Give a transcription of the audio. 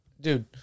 Dude